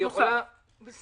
אם